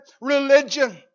religion